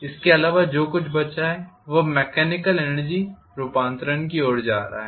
इसके अलावा जो कुछ बचा है वह मेकॅनिकल एनर्जी रूपांतरण की ओर जा रहा है